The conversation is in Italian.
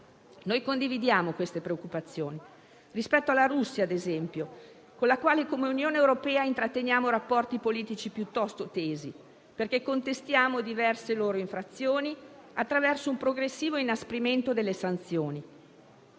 Noi condividiamo queste preoccupazioni, rispetto alla Russia ad esempio, con la quale come Unione europea intratteniamo rapporti politici piuttosto tesi, perché contestiamo diverse loro infrazioni attraverso un progressivo inasprimento delle sanzioni.